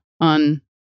on